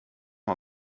mal